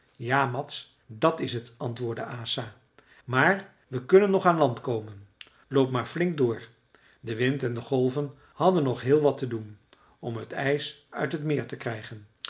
ja mads dat is het antwoordde asa maar we kunnen nog aan land komen loop maar flink door de wind en de golven hadden nog heel wat te doen om het ijs uit het meer te krijgen